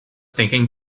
thinking